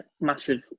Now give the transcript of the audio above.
massive